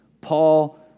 Paul